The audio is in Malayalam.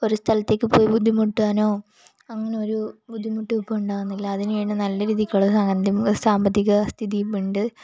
ഒരു സ്ഥലത്തേക്ക് പോയി ബുദ്ധിമുട്ടാനോ അങ്ങനെ ഒരു ബുദ്ധിമുട്ട് ഇപ്പോൾ ഉണ്ടാകുന്നില്ല അതിനെയാണ് നല്ല രീതിക്കുള്ള സാമ്പത്തിക സ്ഥിതിയിപ്പമുണ്ട്